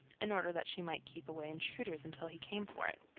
in order that she might keep away intruders until he came for it.